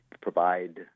provide